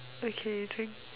okay drink